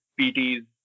PTs